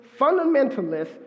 fundamentalists